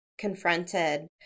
Confronted